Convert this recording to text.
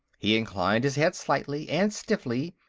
he inclined his head slightly and stiffly,